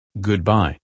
Goodbye